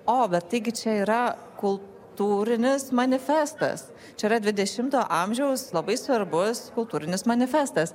o bet taigi čia yra kultūrinis manifestas čia yra dvidešimto amžiaus labai svarbus kultūrinis manifestas